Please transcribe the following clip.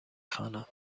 خوانم